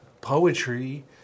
poetry